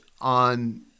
on